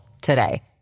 today